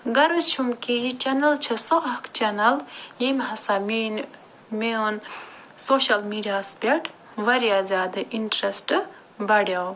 غرض چھُم کہِ یہِ چنل چھِ سۄ اَکھ چنل ییٚمۍ ہَسا میٛٲنۍ میٛون سوشل میٖڈیاہس پٮ۪ٹھ وارِیاہ زیادٕ انٛٹرٛسٹہٕ بڈیو